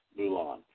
Mulan